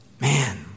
Man